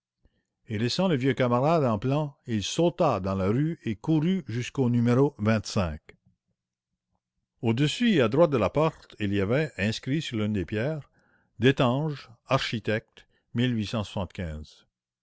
et laissant le vieux camarade en plan il sauta dans la rue et courut jusqu'au numéro au-dessus et à droite de la porte il y avait inscrit sur l'une des pierres destange architecte